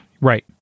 right